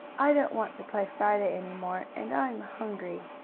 i don't want to play friday any more, and i'm hungry.